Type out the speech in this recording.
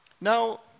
Now